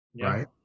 right